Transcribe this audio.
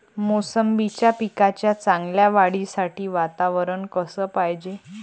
मोसंबीच्या पिकाच्या चांगल्या वाढीसाठी वातावरन कस पायजे?